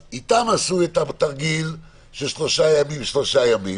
אז איתם עשו את התרגיל של שלושה ימים ושלושה ימים.